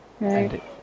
right